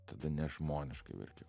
tada nežmoniškai verkiau